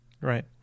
Right